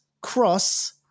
cross